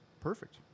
Perfect